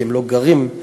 כי הם לא גרים בשדרות.